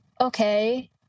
okay